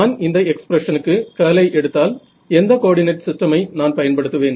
நான் இந்த எக்ஸ்பிரஷனுக்கு கர்லை எடுத்தால் எந்த கோஆர்டினேட் சிஸ்டமை நான் பயன்படுத்துவேன்